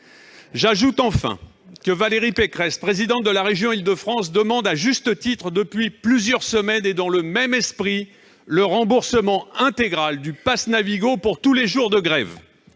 J'ajoute enfin que Valérie Pécresse, présidente du conseil régional d'Île-de-France, demande à juste titre depuis plusieurs semaines, et dans le même esprit, le remboursement intégral du pass Navigo pour tous les jours de grève.